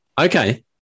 Okay